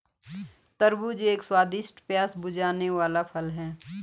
तरबूज एक स्वादिष्ट, प्यास बुझाने वाला फल है